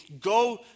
go